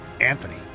Anthony